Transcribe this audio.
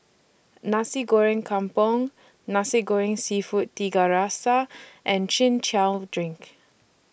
Nasi Goreng Kampung Nasi Goreng Seafood Tiga Rasa and Chin Chow Drink